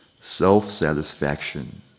Self-satisfaction